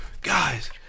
Guys